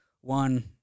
one